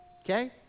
Okay